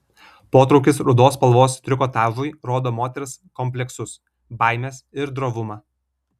potraukis rudos spalvos trikotažui rodo moters kompleksus baimes ir drovumą